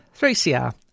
3CR